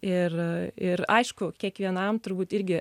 ir ir aišku kiekvienam turbūt irgi